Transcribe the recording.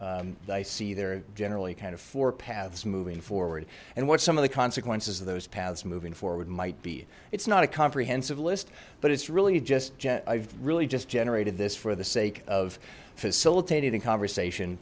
see they're generally kind of four paths moving forward and what some of the consequences of those paths moving forward might be it's not a comprehensive list but it's really just jet i've really just generated this for the sake of facilitating and conversation